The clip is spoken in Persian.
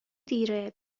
دیره